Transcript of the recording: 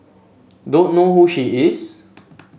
don't know who she is